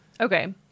Okay